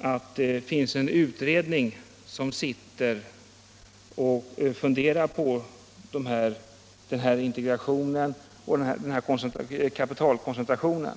att en utredning sitter och funderar på frågorna om integration och kapitalkoncentration.